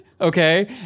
okay